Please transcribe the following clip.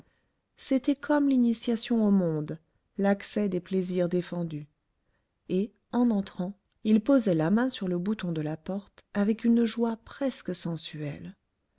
c'était comme l'initiation au monde l'accès des plaisirs défendus et en entrant il posait la main sur le bouton de la porte avec une joie presque sensuelle